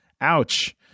Ouch